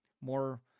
more